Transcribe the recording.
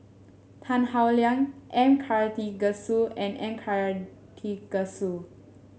Tan Howe Liang M Karthigesu and Karthigesu